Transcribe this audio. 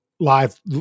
live